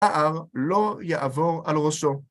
ההר לא יעבור על ראשו.